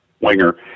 winger